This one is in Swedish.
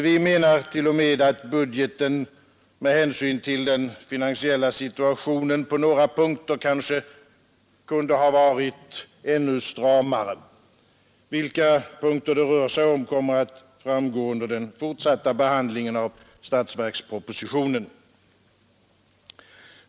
Vi menar t.o.m. att budgeten på några punkter med hänsyn till den finansiella situationen kanske kunde ha varit ännu stramare. Vilka punkter det rör sig om kommer att framgå under den fortsatta behandlingen av statsverkspropositionen.